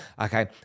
okay